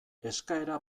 eskaera